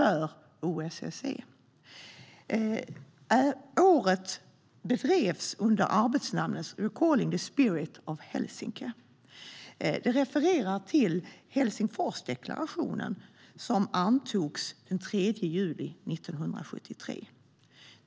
Årets arbete bedrevs på temat Recalling the Spirit of Helsinki, vilket refererar till Helsingforsdeklarationen som antogs den 23 juli 1973.